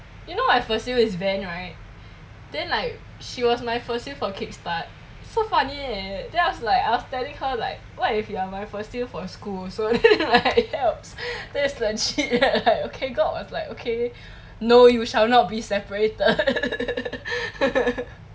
you know my facil is van right then like she was my facil for kick start so funny eh then I was like I was telling her like what if you are my facil for school so that like helps that's legit eh okay god was like okay no you shall not be separated